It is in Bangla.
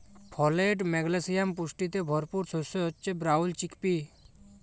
ফলেট, ম্যাগলেসিয়াম পুষ্টিতে ভরপুর শস্য হচ্যে ব্রাউল চিকপি